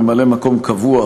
ממלא-מקום קבוע,